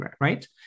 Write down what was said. right